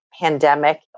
pandemic